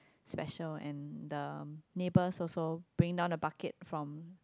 special and the neighbour also bring down the bucket from